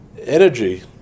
energy